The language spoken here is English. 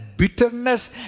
bitterness